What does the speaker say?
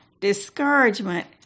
discouragement